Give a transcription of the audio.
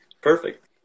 Perfect